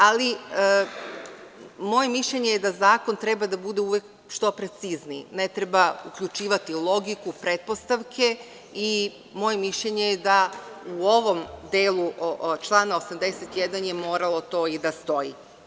Ali, moje mišljenje je da zakon treba uvek da bude što precizniji, ne treba uključivati logiku, pretpostavke i moje mišljenje je da u ovom delu člana 81 je to moralo i da stoji.